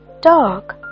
dog